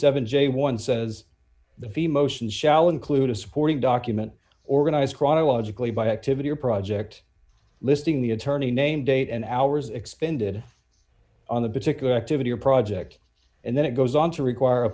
seven j one says the fee motions shall include a supporting document organized chronologically by activity or project listing the attorney name date and hours expended on a particular activity or project and then it goes on to require a